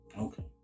Okay